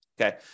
okay